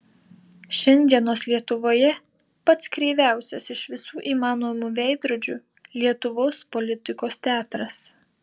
šiandienos lietuvoje pats kreiviausias iš visų įmanomų veidrodžių lietuvos politikos teatras